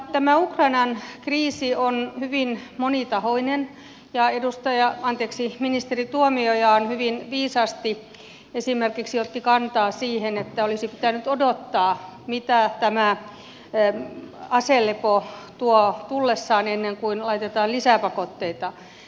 tämä ukrainan kriisi on hyvin monitahoinen ja ministeri tuomioja hyvin viisaasti esimerkiksi otti kantaa siihen että olisi pitänyt odottaa mitä tämä aselepo tuo tullessaan ennen kuin laitetaan lisäpakotteita